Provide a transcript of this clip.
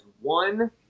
one